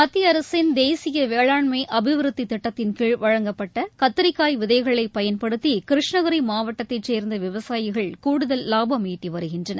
மத்திய அரசின் தேசிய வேளாண்மை அபிவிருத்தித் திட்டத்தின்கீழ் வழங்கப்பட்ட கத்திரிக்காய் விதைகளை பயன்படுத்தி கிருஷ்ணகிரி மாவட்டத்தைச் சேர்ந்த விவசாயிகள் கூடுதல் லாபம் ஈட்டிவருகின்றனர்